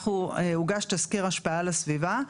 הוגש תסקיר השפעה לסביבה,